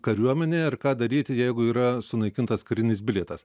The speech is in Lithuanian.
kariuomenėje ir ką daryti jeigu yra sunaikintas karinis bilietas